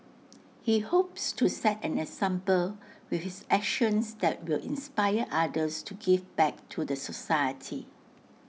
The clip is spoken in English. he hopes to set an example with his actions that will inspire others to give back to the society